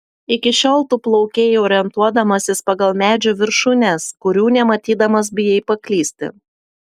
iki šiol tu plaukei orientuodamasis pagal medžių viršūnes kurių nematydamas bijai paklysti